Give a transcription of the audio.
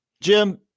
Jim